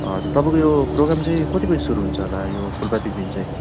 हजुर तपाईँको यो प्रोग्राम चाहिँ कति बजी सुरु हुन्छ होला यो फुलपातीको दिन चाहिँ